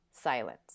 silence